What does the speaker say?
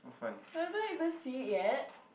haven't even see it yet